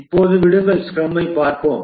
இப்போது விடுங்கள் ஸ்க்ரமைப் பார்ப்போம்